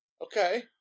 Okay